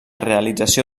realització